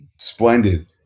Splendid